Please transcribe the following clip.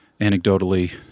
Anecdotally